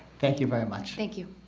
thank you very much thank you